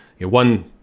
one